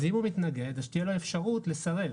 אם הוא מתנגד, שתהיה לו אפשרות לסרב.